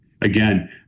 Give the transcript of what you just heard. Again